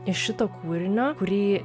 iš šito kūrinio kurį